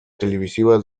televisiva